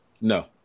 No